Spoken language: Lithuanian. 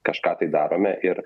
kažką tai darome ir